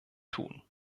tun